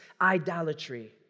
idolatry